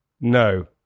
no